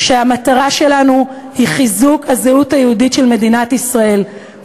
שהמטרה שלנו היא חיזוק הזהות היהודית של מדינת ישראל,